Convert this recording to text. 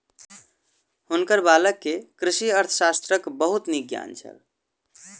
हुनकर बालक के कृषि अर्थशास्त्रक बहुत नीक ज्ञान छल